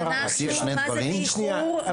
אנחנו מה זה באיחור.